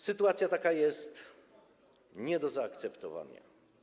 Sytuacja taka jest nie do zaakceptowania.